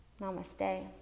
Namaste